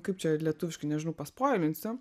kaip čia lietuviškai nežinau paspoilinsiu